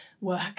work